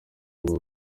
ubu